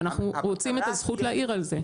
ואנחנו רוצים את הזכות להעיר על זה.